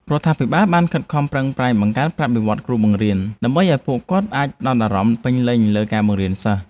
រដ្ឋាភិបាលបានខិតខំប្រឹងប្រែងបង្កើនប្រាក់បៀវត្សរ៍គ្រូបង្រៀនដើម្បីឱ្យពួកគាត់អាចផ្តោតអារម្មណ៍ពេញលេញលើការបង្រៀនសិស្ស។